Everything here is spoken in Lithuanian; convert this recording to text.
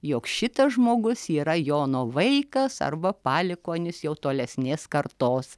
jog šitas žmogus yra jono vaikas arba palikuonis jau tolesnės kartos